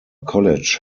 college